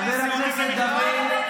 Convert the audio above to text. חבר הכנסת דוד.